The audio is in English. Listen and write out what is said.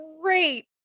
great